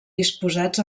disposats